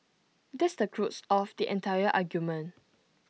that's the crux of the entire argument